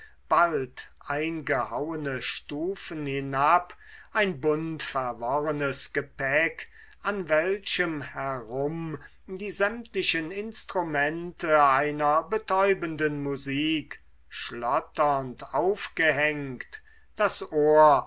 bald eingehauene stufen hinab ein buntverworrenes gepäck an welchem herum die sämtlichen instrumente einer betäubenden musik schlotternd aufgehängt das ohr